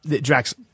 Drax